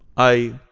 i.